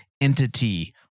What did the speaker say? entity